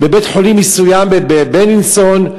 בבית-חולים מסוים, בבילינסון,